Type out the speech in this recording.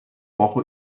woche